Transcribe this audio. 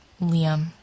Liam